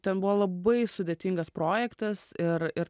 ten buvo labai sudėtingas projektas ir ir